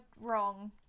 wrong